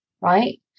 right